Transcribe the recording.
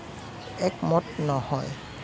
একমত নহয়